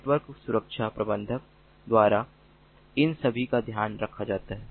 network सुरक्षा प्रबंधक द्वारा इन सभी का ध्यान रखा जाता है